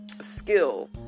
skill